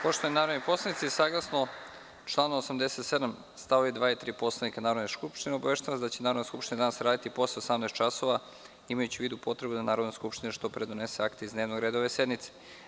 Poštovani narodni poslanici, saglasno članu 87. stavovi 2. i 3. Poslovnika Narodne skupštine, obaveštavam vas da će Narodna skupština danas raditi posle 18,00 časova imajući u vidu potrebu da Narodna skupština što pre donese akte iz dnevnog reda ove sednice.